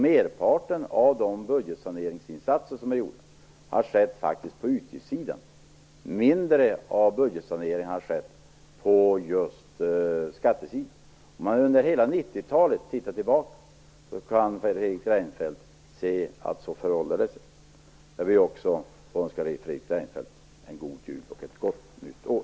Merparten av de budgetsaneringsinsatser om är gjorda har faktiskt skett på utgiftssidan. Mindre av budgetsanering har skett på just skattesidan. Om Fredrik Reinfeldt tittar tillbaka på hela 90-talet kan han se att det förhåller sig så. Jag vill också önska Fredrik Reinfeldt en god jul och ett gott nytt år.